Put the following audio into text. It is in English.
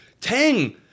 Tang